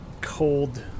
cold